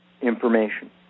information